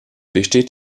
besteht